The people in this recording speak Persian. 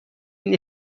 این